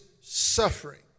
suffering